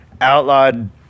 outlawed